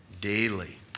daily